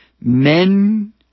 Men